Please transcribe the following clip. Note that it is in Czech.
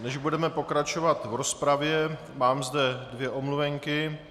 Než budeme pokračovat v rozpravě, mám zde dvě omluvenky.